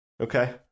okay